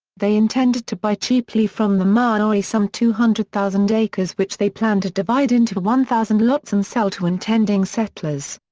they intended to buy cheaply from the maori some two hundred thousand acres which they planned to divide into one thousand lots and sell to intending settlers.